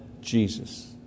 Jesus